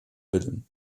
willen